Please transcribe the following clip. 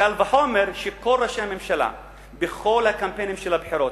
קל וחומר כשכל ראשי הממשלה בכל הקמפיינים של הבחירות